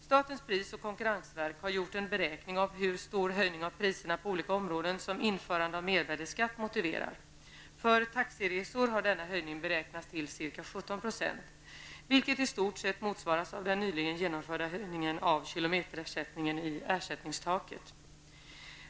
Statens pris och konkurrensverk har gjort en beräkning av hur stor höjning av priserna på olika områden som införande av mervärdeskatt motiverar. För taxiresor har denna höjning beräknats till ca 17 %, vilket i stort sett motsvaras av den nyligen genomförda höjningen av kilometerersättningen i ersättningstaket.